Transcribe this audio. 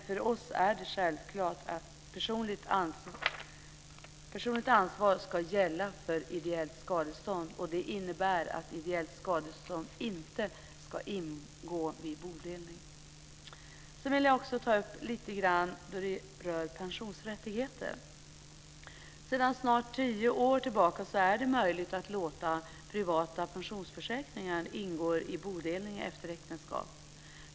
För oss är det dock självklart att personligt ansvar ska gälla för ideellt skadestånd. Det innebär att ideellt skadestånd inte ska ingå i bodelning. Jag vill också lite grann ta upp frågan om pensionsrättigheter. Sedan snart tio år tillbaka är det möjligt att låta privata pensionsförsäkringar ingå i bodelning efter äktenskap.